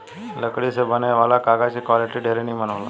लकड़ी से बने वाला कागज के क्वालिटी ढेरे निमन होला